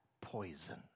poison